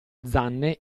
zanne